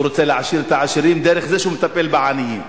שהוא רוצה להעשיר את העשירים דרך זה שהוא מטפל בעניים